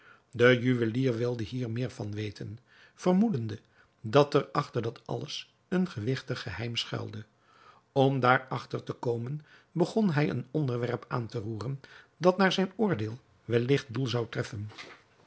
de juwelier wilde hier meer van weten vermoedende dat er achter dat alles een gewigtig geheim schuilde om daar achter te komen begon hij een onderwerp aan te roeren dat naar zijn oordeel welligt doel zou treffen